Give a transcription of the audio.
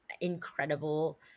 incredible